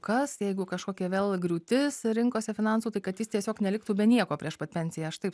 kas jeigu kažkokia vėl griūtis rinkose finansų tai kad jis tiesiog neliktų be nieko prieš pat pensiją aš taip